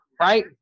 right